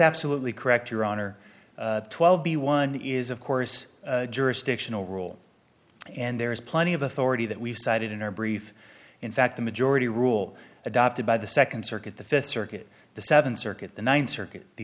absolutely correct your honor twelve b one is of course jurisdictional rule and there is plenty of authority that we've cited in our brief in fact the majority rule adopted by the second circuit the fifth circuit the seventh circuit the ninth circuit the